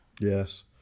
Yes